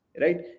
right